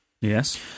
Yes